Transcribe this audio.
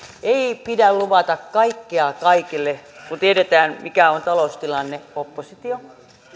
ei pidä luvata kaikkea kaikille kun tiedetään mikä on taloustilanne oppositio